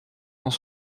dans